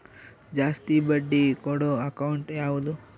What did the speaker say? ಜಾಸ್ತಿ ಬಡ್ಡಿ ಕೊಡೋ ಅಕೌಂಟ್ ಯಾವುದು?